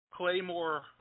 Claymore